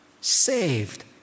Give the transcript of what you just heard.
Saved